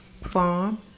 farm